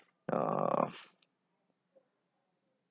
uh